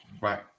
Right